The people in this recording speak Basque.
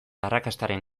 arrakastaren